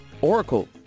Oracle